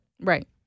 Right